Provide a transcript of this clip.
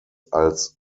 als